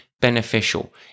beneficial